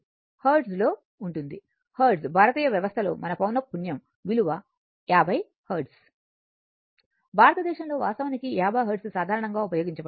hertz లో ఉంటుంది hertz భారతీయ వ్యవస్థలో మన పౌనఃపున్యం విలువ 50 హెర్ట్జ్ భారతదేశంలో వాస్తవానికి 50 హెర్ట్జ్ సాధారణంగా ఉపయోగించబడుతుంది